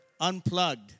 unplugged